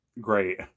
great